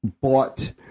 bought